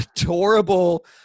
adorable